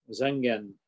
Zengen